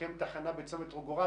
ימקם תחנה בצומת גורל